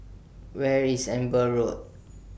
Where IS Amber Road